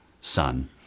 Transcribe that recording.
son